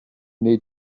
need